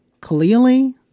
clearly